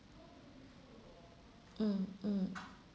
mm mm